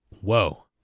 whoa